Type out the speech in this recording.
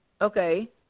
Okay